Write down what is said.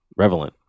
revelant